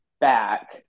back